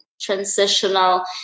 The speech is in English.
transitional